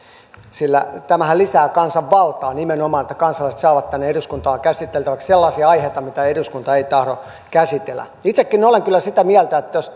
sillä tämähän nimenomaan lisää kansanvaltaa että kansalaiset saavat tänne eduskuntaan käsiteltäväksi sellaisia aiheita mitä eduskunta ei tahdo käsitellä itsekin olen olen kyllä sitä mieltä että jos